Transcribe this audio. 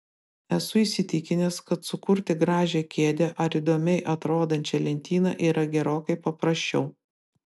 esu įsitikinęs kad sukurti gražią kėdę ar įdomiai atrodančią lentyną yra gerokai paprasčiau